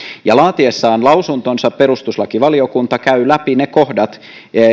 laatiessaan lausuntonsa perustuslakivaliokunta käy läpi ne kohdat tässä lakiesityksessä